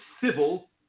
civil